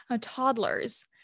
toddlers